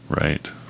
Right